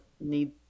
need